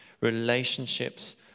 Relationships